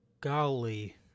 Golly